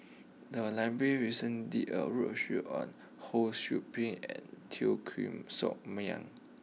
the library recent did a roadshow on Ho Sou Ping and Teo Koh Sock Miang